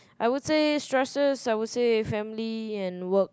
I would say stresses I would say family and work